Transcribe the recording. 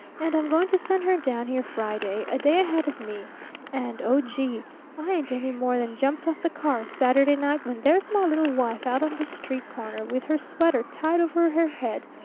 and i'm going to send her down here friday, a day ahead of me and oh, gee i ain't any more than jumped off the car saturday night when there's my little wife out on the street corner with her sweater tied over her head,